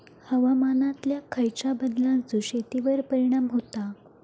हवामानातल्या खयच्या बदलांचो शेतीवर परिणाम होता?